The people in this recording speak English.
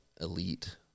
elite